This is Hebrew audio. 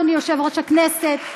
אדוני יושב-ראש הכנסת,